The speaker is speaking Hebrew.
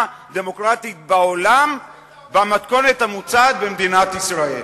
דמוקרטית בעולם במתכונת המוצעת במדינת ישראל.